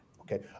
okay